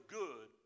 good